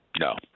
No